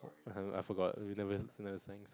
I forgot we never